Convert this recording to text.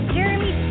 Jeremy